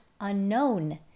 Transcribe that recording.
unknown